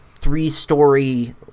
three-story